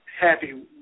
happy